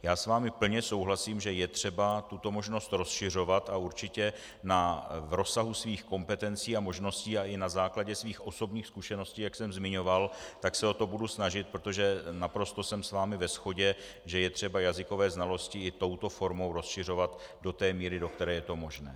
Já s vámi plně souhlasím, že je třeba tuto možnost rozšiřovat, a určitě v rozsahu svých kompetencí a možností i na základě svých osobních zkušeností, jak jsem zmiňoval, se o to budu snažit, protože naprosto jsem s vámi ve shodě, že je třeba jazykové znalosti i touto formou rozšiřovat do té míry, do které je to možné.